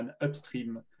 upstream